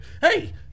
Hey